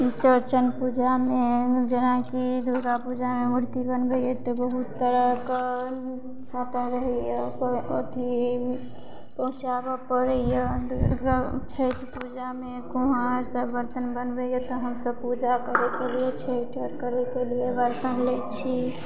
चौरचन पूजामे जेनाकि दुर्गा पूजामे मूर्ति बनबैया तऽ बहुत तरहके छात्र रहैया अथी ऊँचाबऽ पड़ैया दुर्गा छठि पूजामे कुम्हार सब बर्तन बनबैया तऽ हमसब पूजा करैके लिए छठि आर करै के लिए बर्तन लै छी